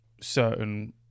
certain